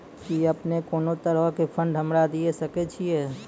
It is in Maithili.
कि अपने कोनो तरहो के फंड हमरा दिये सकै छिये?